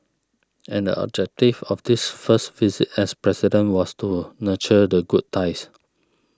and the objective of this first visit as President was to nurture the good ties